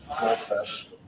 goldfish